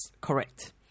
correct